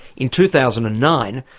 in two thousand and nine,